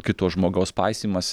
kito žmogaus paisymas